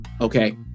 Okay